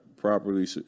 properly